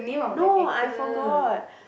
no I forgot